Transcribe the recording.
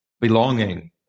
belonging